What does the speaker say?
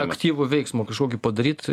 aktyvų veiksmą kažkokį padaryt